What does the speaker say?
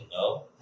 No